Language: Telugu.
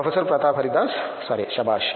ప్రొఫెసర్ ప్రతాప్ హరిదాస్ సరే శభాష్